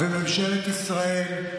וממשלת ישראל,